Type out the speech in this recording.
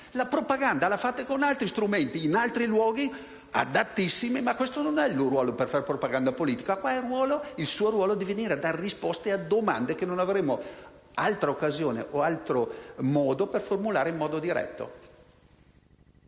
La propaganda la dovete fare con altri strumenti, in altri luoghi, adattissimi: questo non è il luogo per fare propaganda politica. Qui il suo ruolo è dare risposte a domande che non avremo altra occasione o altro modo di formulare in modo diretto.